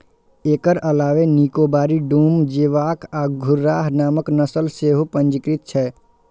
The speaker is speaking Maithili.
एकर अलावे निकोबारी, डूम, जोवॉक आ घुर्राह नामक नस्ल सेहो पंजीकृत छै